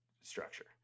structure